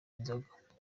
inzoga